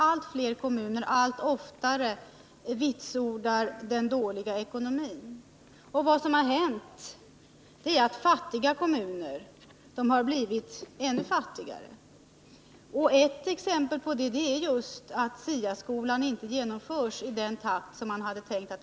Allt fler kommuner Vitsordar allt oftare den dåliga ekonomin. Vad som har hänt är att fattiga kommuner har blivit ännu fattigare. Ett exempel på detta är att man inte kan införa SIA-skolan i den takt som man hade tänkt sig.